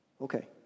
Okay